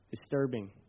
disturbing